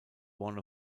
one